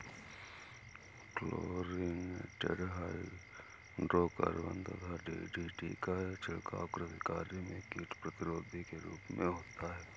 chlorinated hydrocarbon यथा DDT का छिड़काव कृषि कार्य में कीट प्रतिरोधी के रूप में होता है